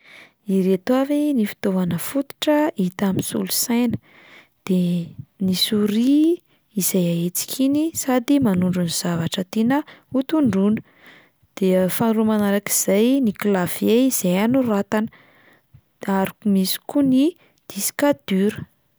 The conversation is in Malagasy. Ireto avy ny fitaovana fototra hita amin'ny solosaina de: ny souris izay ahetsika iny sady manondro ny zavatra tiana hotondroana, de faharoa manarak'izay ny clavier izay anoratana ary misy koa ny dique dur.